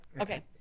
Okay